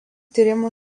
tyrimų